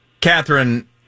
Catherine